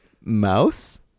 mouse